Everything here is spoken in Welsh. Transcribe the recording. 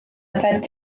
yfed